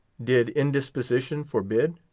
did indisposition forbid?